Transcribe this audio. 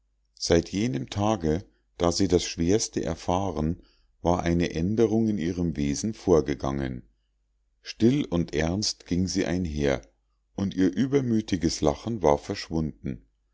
seit jenem tage da sie das schwerste erfahren war eine aenderung in ihrem wesen vorgegangen still und ernst ging sie einher und ihr übermütiges lachen war verschwunden